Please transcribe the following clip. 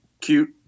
cute